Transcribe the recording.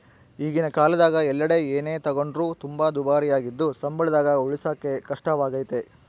ಈಗಿನ ಕಾಲದಗ ಎಲ್ಲೆಡೆ ಏನೇ ತಗೊಂಡ್ರು ತುಂಬಾ ದುಬಾರಿಯಾಗಿದ್ದು ಸಂಬಳದಾಗ ಉಳಿಸಕೇ ಕಷ್ಟವಾಗೈತೆ